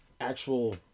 actual